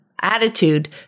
attitude